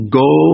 go